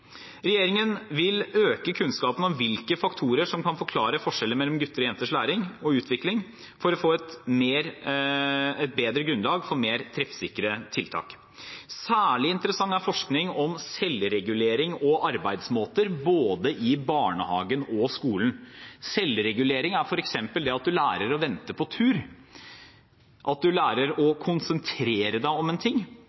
Regjeringen vil øke kunnskapen om hvilke faktorer som kan forklare forskjeller mellom gutters og jenters læring og utvikling, for å få et bedre grunnlag for mer treffsikre tiltak. Særlig interessant er forskning om selvregulering og arbeidsmåter både i barnehagen og i skolen. Selvregulering er f.eks. det at man lærer å vente på tur, at man lærer å konsentrere seg om én ting,